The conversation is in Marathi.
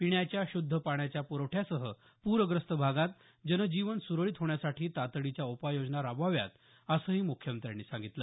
पिण्याच्या शुद्ध पाण्याच्या पुरवठ्यासह पूरग्रस्त भागात जनजीवन सुरळीत होण्यासाठी तातडीच्या उपाययोजना राबवाव्यात असंही मुख्यमंत्र्यांनी सांगितलं